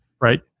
Right